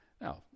Now